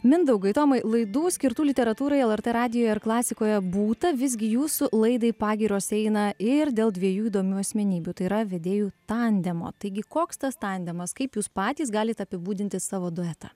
mindaugai tomai laidų skirtų literatūrai lrt radijuje ir klasikoje būta visgi jūsų laidai pagyros eina ir dėl dviejų įdomių asmenybių tai yra vedėjų tandemo taigi koks tas tandemas kaip jūs patys galit apibūdinti savo duetą